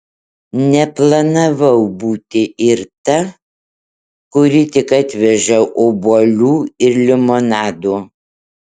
neplanavau būti ir ta kuri tik atveža obuolių ir limonado